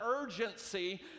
urgency